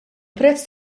prezz